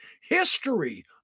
history